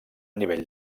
nivell